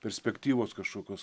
perspektyvos kažkokios